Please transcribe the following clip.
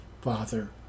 Father